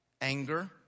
Anger